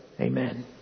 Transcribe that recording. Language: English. Amen